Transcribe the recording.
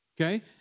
Okay